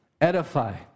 Edify